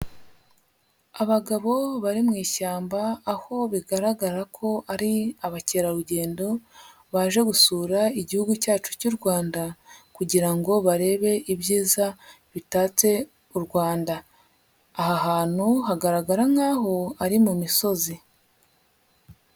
Abagabo bari mu ishyamba, aho bigaragara ko ari abakerarugendo, baje gusura Igihugu cyacu cy'u Rwanda, kugira ngo barebe ibyiza bitatse u Rwanda. Aha hantu hagaragara nkaho ari mu misozi.